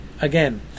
Again